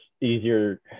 easier